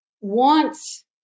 wants